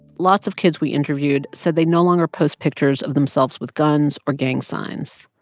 lots of kids we interviewed said they no longer post pictures of themselves with guns or gang signs.